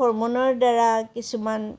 হৰ্মনৰ দ্বাৰা কিছুমান